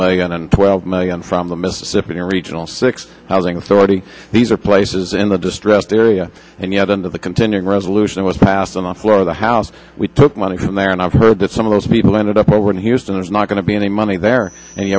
million and twelve million from the mississippi regional six housing authority these are places in the distressed area and yet under the continuing resolution was passed on the floor of the house we took money from there and i've heard that some of those people ended up or were in houston there's not going to be any money there and you